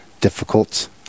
difficult